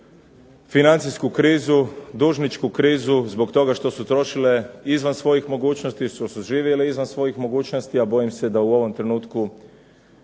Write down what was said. financijsku krizu, dužničku krizu zbog toga što su trošile izvan svojih mogućnosti, što su živjele izvan svojih mogućnosti, a bojim se da na tom putu